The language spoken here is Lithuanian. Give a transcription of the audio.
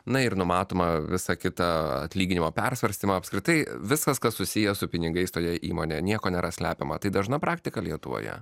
na ir numatoma visą kitą atlyginimą persvarstymą apskritai viskas kas susiję su pinigais toje įmonėje nieko nėra slepiama tai dažna praktika lietuvoje